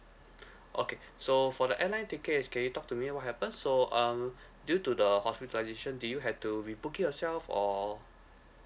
okay so for the airline tickets can talk to me what happen so um due to the hospitalisation did you had to rebook it yourself or